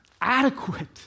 adequate